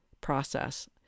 process